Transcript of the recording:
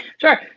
Sure